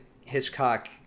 Hitchcock